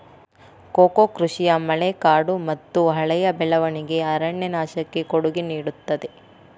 cocoa ಕೃಷಿಯು ಮಳೆಕಾಡುಮತ್ತುಹಳೆಯ ಬೆಳವಣಿಗೆಯ ಅರಣ್ಯನಾಶಕ್ಕೆ ಕೊಡುಗೆ ನೇಡುತ್ತದೆ